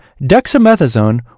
dexamethasone